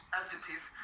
adjective